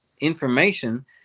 information